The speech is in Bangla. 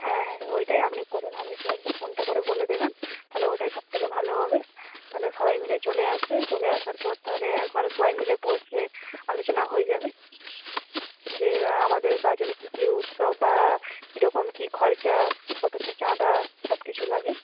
হ্যাঁ ওইটাই আপনি করুন আপনি সবাইকে ফোনটা করে বলে দেবেন তাহলে ওটাই সব থেকে ভালো হবে তাহলে সবাই মিলেই চলে আসবে চলে আসার পর তাহলে একবারে সবাই মিলে বসবে আলোচনাও হয়ে যাবে যে আমাদের গাজনে কী কী উৎসব বা কীরকম কী খরচা কত কী চাঁদা সব কিছু লাগে